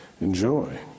enjoy